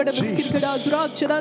Jesus